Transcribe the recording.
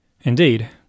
Indeed